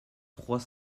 trois